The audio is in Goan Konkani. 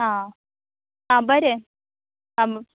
आं आं बरें आं